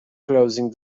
closing